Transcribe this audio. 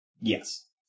Yes